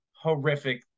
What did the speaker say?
horrific